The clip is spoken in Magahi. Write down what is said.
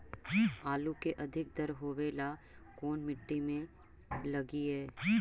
आलू के अधिक दर होवे ला कोन मट्टी में लगीईऐ?